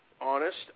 honest